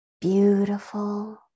beautiful